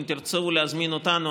אם תרצו להזמין אותנו,